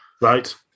Right